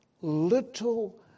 little